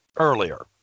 Earlier